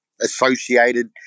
associated